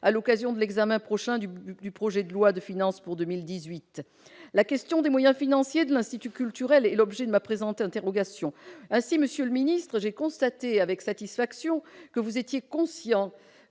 à l'occasion de l'examen prochain du projet de loi de finances pour 2018. La question des moyens financiers de l'Institut culturel est l'objet de ma présente interrogation. Ainsi, monsieur le secrétaire d'État, j'ai constaté avec satisfaction que vous étiez conscient